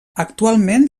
actualment